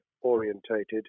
orientated